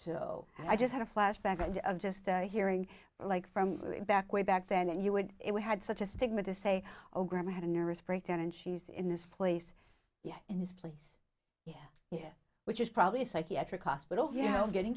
so i just had a flashback and i'm just hearing like from back way back then and you would it we had such a stigma to say oh grandma had a nervous breakdown and she's in this place yeah and this place yeah yeah which is probably a psychiatric hospital you know getting